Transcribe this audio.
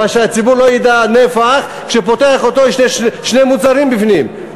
אבל שהציבור לא ידע מה הנפח וכשהוא פותח יש שני מוצרים בפנים.